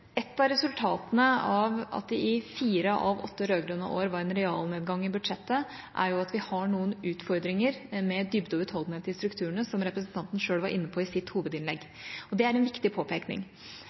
Et av resultatene av at det i fire av åtte rød-grønne år var en realnedgang i budsjettet, er at vi har noen utfordringer med dybde og utholdenhet i strukturene, som representanten sjøl var inne på i sitt hovedinnlegg. Og det er en viktig påpekning.